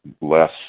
less